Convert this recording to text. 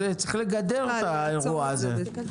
צריך לגדר את האירוע הזה.